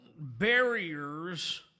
barriers